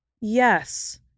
yes